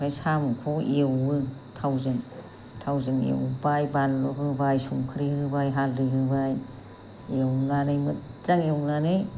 ओमफ्राय साम'खौ एवो थावजों थावजों एवबाय बानलु होबाय संख्रि होबाय हाल्दै होबाय एवनानै मोजां एवनानै